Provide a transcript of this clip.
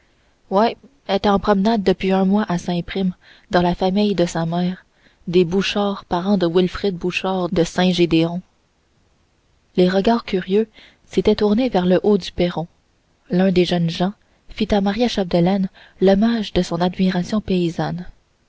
ouais elle était en promenade depuis un mois à saint prime dans la famille de sa mère des bouchard parents de wilfrid bouchard de saint gédéon les regards curieux s'étaient tournés vers le haut du perron lun des jeunes gens fit à maria chapdelaine l'hommage de son admiration paysanne